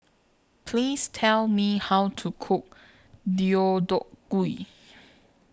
Please Tell Me How to Cook Deodeok Gui